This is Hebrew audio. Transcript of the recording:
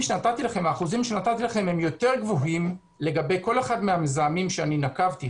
האחוזים שנתתי לכם הם יותר גבוהים לגבי כל אחד מהמזהמים שאני נקבתי,